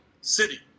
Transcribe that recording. city